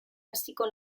hasiko